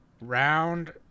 Round